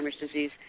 disease